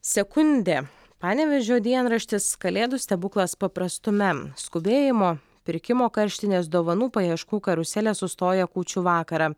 sekundė panevėžio dienraštis kalėdų stebuklas paprastume skubėjimo pirkimo karštinės dovanų paieškų karuselė sustoja kūčių vakarą